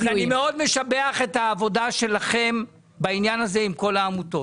אמרתי לארז שאני מאוד משבח את העבודה שלכם בעניין הזה עם כל העמותות.